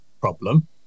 problem